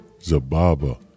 Zababa